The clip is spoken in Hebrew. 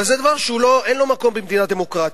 אבל זה דבר שאין לו מקום במדינה דמוקרטית.